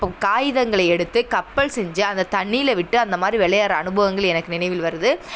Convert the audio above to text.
இப்போது காகிதங்களை எடுத்து கப்பல் செஞ்சு அந்த தண்ணீரில் விட்டு அந்த மாதிரி விளையாட்ற அனுபவங்கள் எனக்கு நினைவில் வருது